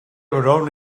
were